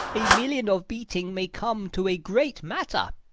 a million of beating may come to a great matter.